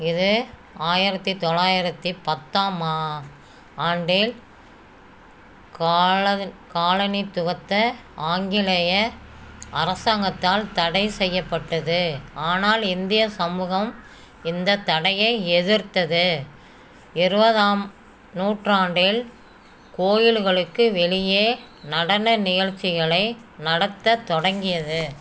இது ஆயிரத்து தொள்ளாயிரத்து பத்தாம் ஆ ஆண்டில் காலது காலனித்துவத்தை ஆங்கிலேய அரசாங்கத்தால் தடை செய்யப்பட்டது ஆனால் இந்திய சமூகம் இந்தத் தடையை எதிர்த்தது இருபதாம் நூற்றாண்டில் கோயிலுகளுக்கு வெளியே நடன நிகழ்சிகளை நடத்தத் தொடங்கியது